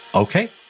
Okay